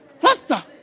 faster